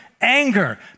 Anger